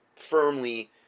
firmly